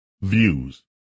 views